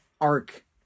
arc